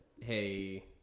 hey